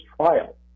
trial